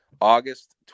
August